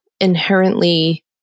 inherently